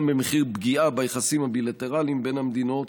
גם במחיר פגיעה ביחסים הבילטרליים בין המדינות.